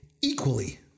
equally